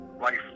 life